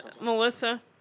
Melissa